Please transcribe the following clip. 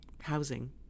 housing